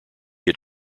had